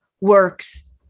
works